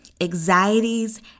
anxieties